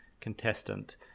contestant